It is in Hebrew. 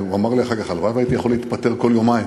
הוא אמר לי אחר כך: הלוואי שהייתי יכול להתפטר כל יומיים.